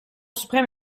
suprême